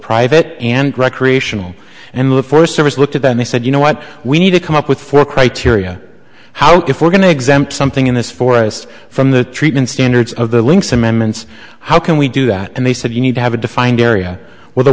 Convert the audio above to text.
private and recreational and the forest service looked at them they said you know what we need to come up with for criteria how good for going to exempt something in this forest from the treatment standards of the links amendments how can we do that and they said you need to have a defined area where the